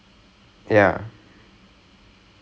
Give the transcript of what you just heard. and it was actually a tear in the disc